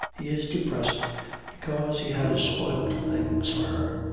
he is depressed because he has spoilt things for her.